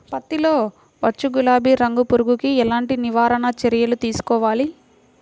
పత్తిలో వచ్చు గులాబీ రంగు పురుగుకి ఎలాంటి నివారణ చర్యలు తీసుకోవాలి?